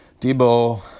Debo